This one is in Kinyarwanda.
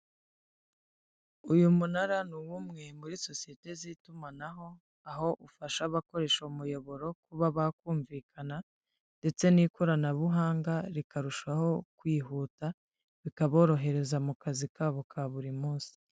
Uyu munara ni uw'umwe muri sosiyete z'itumanaho, aho ufasha abakoresha umuyoboro kuba bakumvikana ndetse n'ikoranabuhanga rikarushaho kwihuta, bikaborohereza mu kazi kabo ka buri munsi.